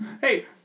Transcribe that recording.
hey